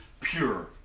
pure